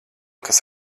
kas